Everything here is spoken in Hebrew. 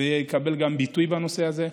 ויקבל גם ביטוי בנושא הזה.